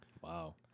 Wow